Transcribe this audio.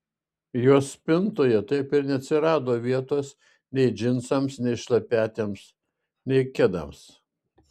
jos spintoje taip ir neatsirado vietos nei džinsams nei šlepetėms nei kedams